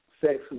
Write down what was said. sex